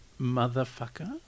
motherfucker